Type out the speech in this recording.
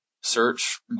search